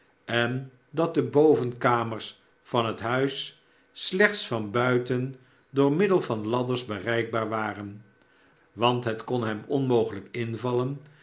en dat de bovenkamers van het huis slechts van buiten door middel van ladders bereikbaar waren want het kon hem onmogelijk invallen